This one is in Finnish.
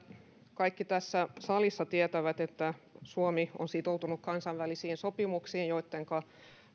kaikki tässä salissa tietävät että suomi on sitoutunut kansainvälisiin sopimuksiin joittenka